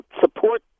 support